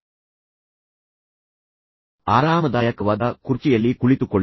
ಆದ್ದರಿಂದ ಅರ್ಧ ಗಂಟೆ 45 ನಿಮಿಷಗಳ ಕಾಲ ಕರೆ ಹೋದರೂ ಎದ್ದೇಳಲು ಅಥವಾ ತಿರುಗಾಡಲು ನಿಮಗೆ ಅನಿಸುವುದಿಲ್ಲ